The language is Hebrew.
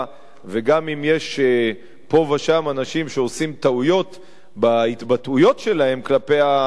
וגם אם יש פה ושם אנשים שעושים טעויות בהתבטאויות שלהם כלפי המחאה,